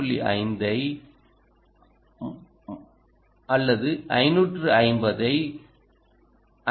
5 ஐ 550 ஐக் கொடுக்க முடியும்